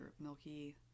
milky